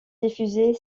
diffusée